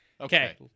Okay